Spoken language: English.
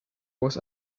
was